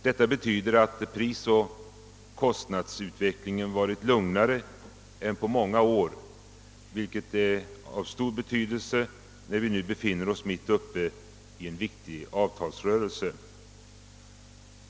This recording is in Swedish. Detta betyder att prisoch kostnadsutvecklingen varit lugnare än på många år, vilket är av stor betydelse när vi nu befinner oss mitt uppe i en viktig avtalsrörelse.